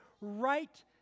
right